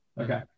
Okay